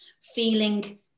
feeling